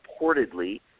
reportedly